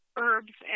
herbs